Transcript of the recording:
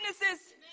witnesses